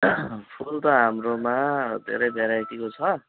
फुल त हाम्रोमा धेरै भेराइटीको छ